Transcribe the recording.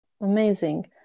Amazing